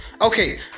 Okay